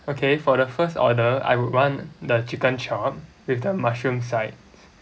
okay for the first order I would want the chicken chop with the mushroom side